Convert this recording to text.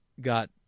got